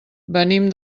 venim